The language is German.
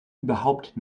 überhaupt